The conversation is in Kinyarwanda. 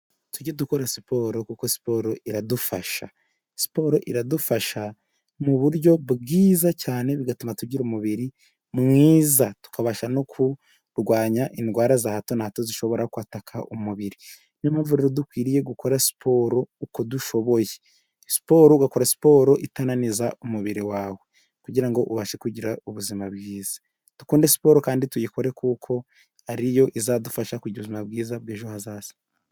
Tujye dukora siporo kuko siporo iradufasha, siporo iradufasha mu buryo bwiza cyane, bigatuma tugira umubiri mwiza, tukabasha no kurwanya indwara za hato na hato zishobora kwataka umubiri, ni yo mpamvu rero dukwiriye gukora siporo uko dushoboye siporo ugakora siporo itananiza umubiri wawe kugira ngo ubashe kugira ubuzima bwiza. Dukunde siporo kandi tuyikore, kuko ariyo izadufasha kugira ubuzima bwiza bw'ejo hazaza.